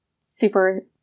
super